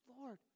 Lord